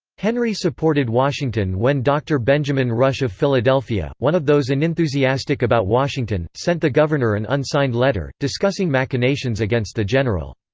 henry supported washington when dr. benjamin rush of philadelphia, one of those unenthusiastic about washington, sent the governor an unsigned letter, discussing machinations against the general.